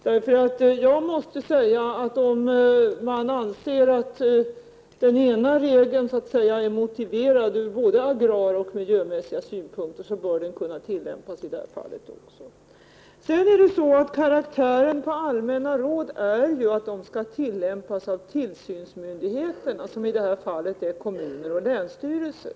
Vi får se om Sven Munke kan klara ut den saken. Om man anser att den ena regeln är motiverad ur både agraraoch miljömässiga synpunkter, då bör den kunna tillämpas också i detta fall. Karaktären av allmänna råd är sådan att de skall kunna tillämpas av tillsynsmyndigheterna, som i detta fall är kommuner och länsstyrelser.